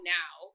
now